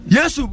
Yes